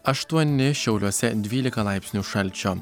aštuoni šiauliuose dvylika laipsnių šalčio